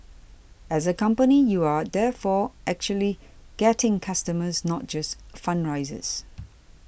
as a company you are therefore actually getting customers not just fundraisers